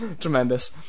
Tremendous